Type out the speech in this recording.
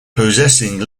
possessing